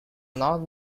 not